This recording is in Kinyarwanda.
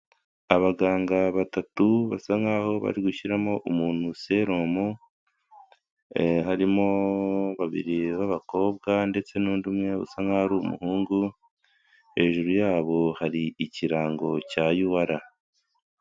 Abaganga batatu basa nkaho bari gushyiramo umuntu selum, harimo babiri b'abakobwa ndetse n'undi umwe usa nk'aho ari umuhungu hejuru yabo hari ikirango cya UR.